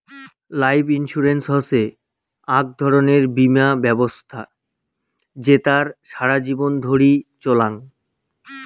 life insurance হসে আক ধরণের বীমা ব্যবছস্থা জেতার সারা জীবন ধরি চলাঙ